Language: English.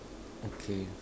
okay